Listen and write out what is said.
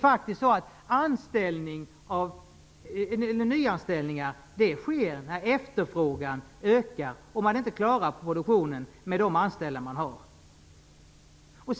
Nyanställningar sker när efterfrågan ökar och produktionen inte klaras med de anställda som redan finns.